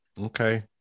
Okay